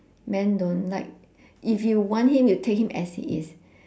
men don't like if you want him you take him as he is